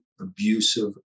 abusive